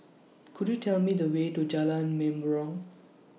Could YOU Tell Me The Way to Jalan Mempurong